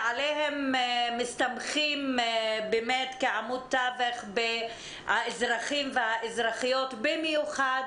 עליהם מסתמכים כעמוד תווך האזרחים והאזרחיות במיוחד,